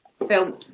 film